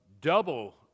double